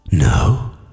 No